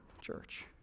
church